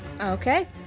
Okay